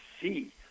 see